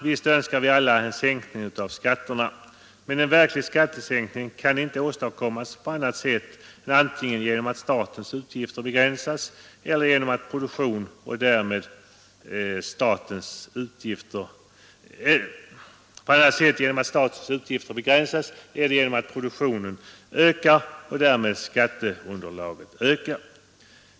Visst önskar vi alla en sänkning av skatterna. Men en verklig skatte: statens utgifter begränsas eller genom en ökad produktion och därmed ökat och därför borde man vara mer beredd att verkligen göra insatser för att nkning kan inte åstadkommas på annat sätt än genom att tteunderlag.